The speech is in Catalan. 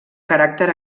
caràcter